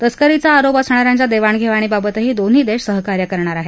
तस्करीचा आरोप असणा यांच्या देवाणघेवाणीबाबतही दोन्ही देश सहकार्य करणार आहेत